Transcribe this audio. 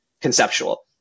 conceptual